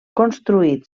construït